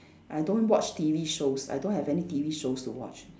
I don't watch T_V shows I don't have any T_V shows to watch